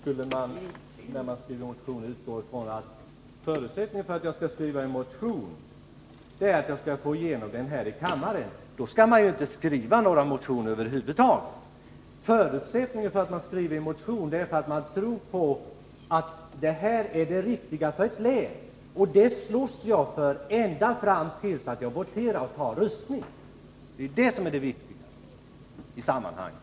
Herr talman! Om förutsättningen för att skriva en motion, Stig Alftin, skall vara att man är säker på att få igenom den i kammaren, då skall man över huvud taget inte skriva några motioner. Nej, anledningen till att man skriver en motion är att man anser att den innehåller ett riktigt krav för exempelvis ett län. Sedan slåss man för motionen i fråga ända fram till voteringen. Det är det viktiga i sammanhanget.